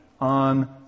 on